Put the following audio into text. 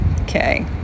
Okay